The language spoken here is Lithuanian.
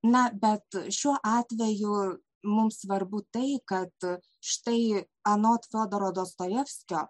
na bet šiuo atveju mums svarbu tai kad štai anot fiodoro dostojevskio